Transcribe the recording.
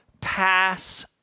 pass